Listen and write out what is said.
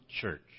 church